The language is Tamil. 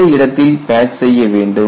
எந்த இடத்தில் பேட்ச் செய்ய வேண்டும்